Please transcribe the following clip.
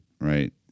right